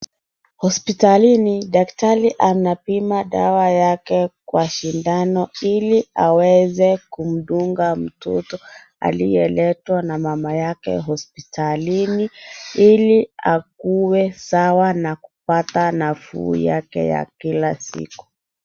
Hospitalini daktari anapima dawa yake kwa sindano ili aweze kumdunga sindano aliyeletwa na mama yake hopitalini ili akuwe sawa na kupata nafuu yake ya kila siku.